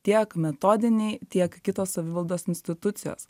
tiek metodiniai tiek kitos savivaldos institucijos